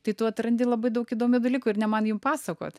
tai tu atrandi labai daug įdomių dalykų ir ne man jum pasakot